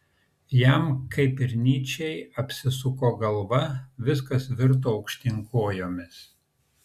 jam kaip ir nyčei apsisuko galva viskas virto aukštyn kojomis